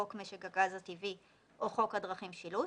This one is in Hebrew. חוק משק הגז הטבעי או חוק הדרכים (שילוט)